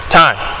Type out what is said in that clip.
time